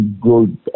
good